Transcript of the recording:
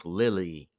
lily